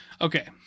Okay